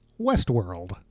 Westworld